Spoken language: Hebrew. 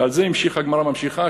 ועל זה הגמרא ממשיכה,